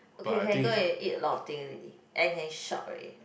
okay can go and eat a lot of thing already and can shop already